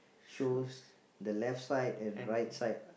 shows the left side and right side